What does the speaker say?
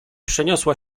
przeniosła